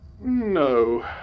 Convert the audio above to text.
No